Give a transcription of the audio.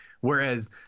Whereas